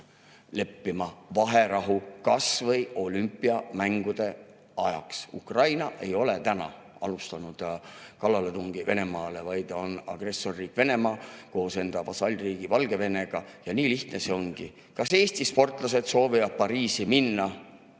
kokku vaherahu kas või olümpiamängude ajaks. Ukraina ei ole alustanud kallaletungi Venemaale. Sõda on alustanud agressorriik Venemaa koos enda vasallriigi Valgevenega. Nii lihtne see ongi. Kas Eesti sportlased soovivad Pariisi minna